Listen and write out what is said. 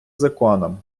законом